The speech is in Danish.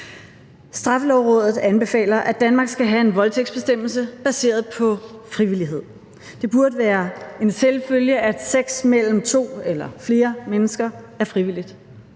Straffelovrådet anbefaler, at Danmark skal have en voldtægtsbestemmelse baseret på frivillighed. Det burde være en selvfølge, at sex mellem to eller flere mennesker er frivilligt.